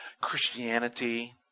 Christianity